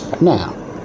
Now